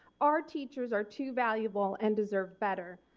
our teachers are too valuable and deserve better.